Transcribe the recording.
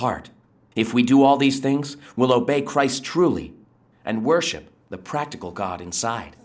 heart if we do all these things will obey christ truly and worship the practical god inside